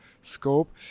scope